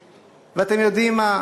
ואתם יודעים מה?